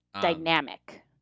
Dynamic